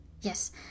Yes